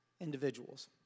individuals